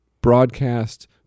broadcast